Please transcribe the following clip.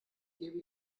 gebe